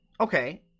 okay